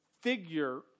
figure